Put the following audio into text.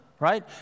right